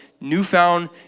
newfound